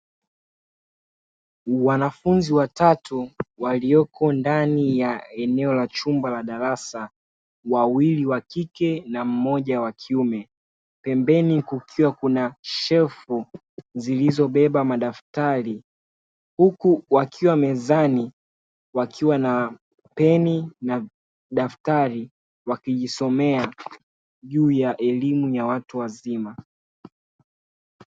Wanafunzi watatu waliopo ndani ya eneo la chumba la darasa, wawili wakike na mmoja wa kiume, pembeni kukiwa kuna shelfu zilizobeba madaftari huku wakiwa mezani wakiwa na peni na daftari wakijisomea juu ya elimu ya watu awazima.